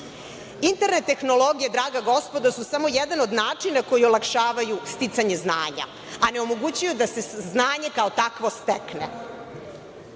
95%.Internet tehnologije, draga gospodo, su samo jedan od načina koji olakšavaju sticanje znanja, a ne omogućuju da se znanje kao takvo stekne.